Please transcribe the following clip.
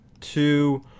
two